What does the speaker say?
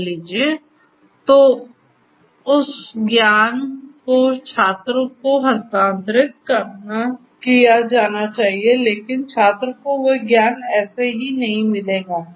मान लीजिए तो उस ज्ञान को छात्र को हस्तांतरित किया जाना चाहिए लेकिन छात्र को वह ज्ञान ऐसे ही नहीं मिलेगा